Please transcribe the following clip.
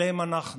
אלה אנחנו,